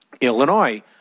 Illinois